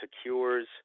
secures